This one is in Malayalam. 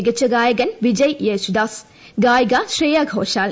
മികച്ച ഗായകൻ വിജയ് യേശുദാസ് ഗായിക ശ്രേയ ഘോഷാൽ